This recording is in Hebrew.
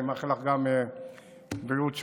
אני מאחל לך גם בריאות שלמה.